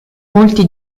molti